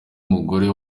mugore